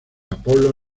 apolo